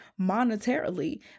monetarily